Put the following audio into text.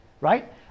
right